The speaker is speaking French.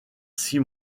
six